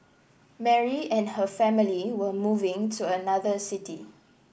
Mary and her family were moving to another city